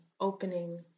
opening